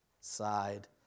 side